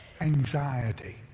anxiety